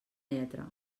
lletra